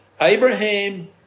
Abraham